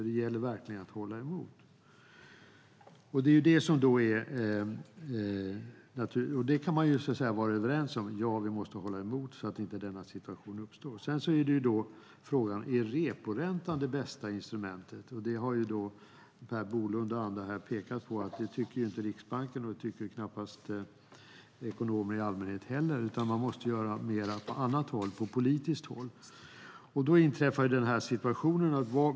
Det gäller verkligen att hålla emot. Vi kan vara överens om att vi måste hålla emot så att inte denna situation uppstår. Frågan är om reporäntan är det bästa instrumentet. Per Bolund och andra har pekat på att Riksbanken och ekonomer i allmänhet inte tycker så. Det måste göras mer på annat håll - politiskt håll.